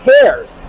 cares